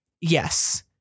yes